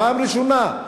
פעם ראשונה,